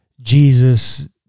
Jesus